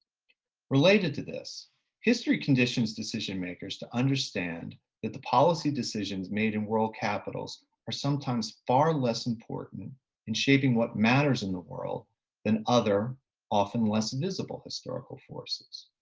related to this history, conditions, decision makers to understand that the policy decisions made in world capitals are sometimes far less important in shaping what matters in the world then other often less than visible historical forces.